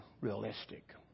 realistic